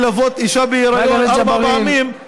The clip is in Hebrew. ללוות אישה בהיריון ארבע פעמים,